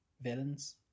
villains